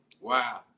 Wow